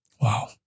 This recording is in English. Wow